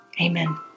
Amen